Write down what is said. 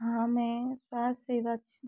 हाँ मैं स्वास्थ्य सेवा